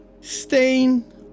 stain